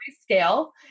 scale